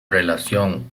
relación